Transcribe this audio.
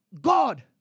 God